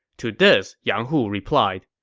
to this, yang hu replied,